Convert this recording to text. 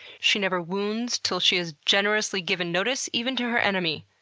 she never wounds till she has generously given notice, even to her enemy.